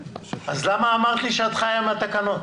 אז למה אמרת לי שאת חיה עם התקנות?